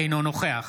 אינו נוכח